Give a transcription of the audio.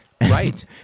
right